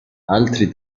altri